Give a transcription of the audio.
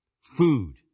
food